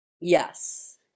Yes